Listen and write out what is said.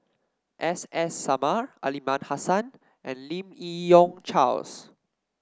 S S Sarma Aliman Hassan and Lim Yi Yong Charles